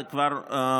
זה כבר מתקיים,